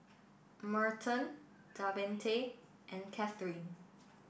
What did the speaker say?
Merton Davante and Kathyrn